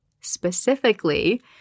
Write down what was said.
specifically